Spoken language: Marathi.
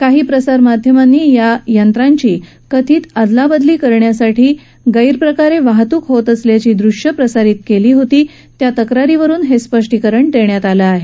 काही प्रसार माध्यमांनी या मशीन्सची कथित अदलाबदली करण्यासाठी गैरप्रकारे वाहतूक होत असल्याची दृश्ये प्रसारित केली असल्याच्या तक्रारीवरून हे स्पष्टीकरण देण्यात आलं आहे